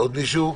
עוד מישהו?